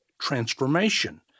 transformation